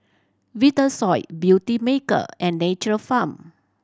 Vitasoy Beautymaker and Nature Farm